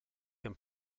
can